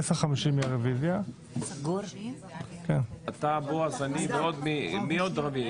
בשעה 10:50 תהיה הצבעה על רוויזיה.